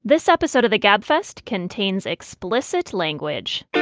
this episode of the gabfest contains explicit language